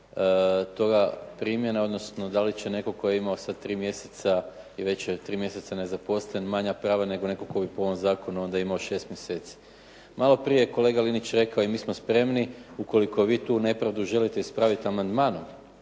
da li će netko tko je imao sa tri mjeseca i već je 3 mjeseca nezaposlen manja prava nego netko tko bi po ovom zakonu imao 6 mjeseci. Malo prije je kolega Linić rekao i mi smo spremni ukoliko vi tu nepravdu želite ispraviti amandmanom,